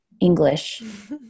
English